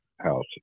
house